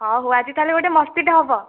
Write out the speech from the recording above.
ହଉ ହଉ ଆଜି ତାହେଲେ ଗୋଟେ ମସ୍ତି ଟେ ହେବ